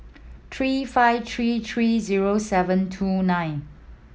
three five three three zero seven two nine